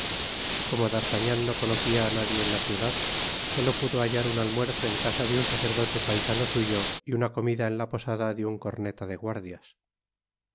como d'artagnan no conocia á nadie en la ciudad solo pudo hallar un almuerzo en casa de un sacerdote paisano suyo y una comida en la posada de un corneta de guardias